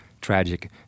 tragic